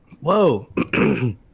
Whoa